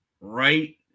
right